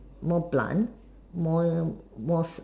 more blunt more more